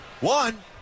One